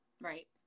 Right